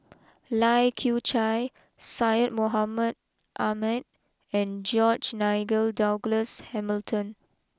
Lai Kew Chai Syed Mohamed Ahmed and George Nigel Douglas Hamilton